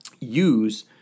use